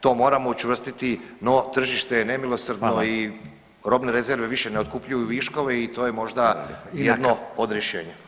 To moramo učvrstiti, no tržište je nemilosrdno [[Upadica Radin: Hvala.]] i robne rezerve više ne otkupljuju viškove i to je možda jedno od rješenja.